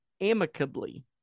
amicably